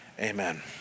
amen